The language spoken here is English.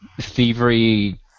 thievery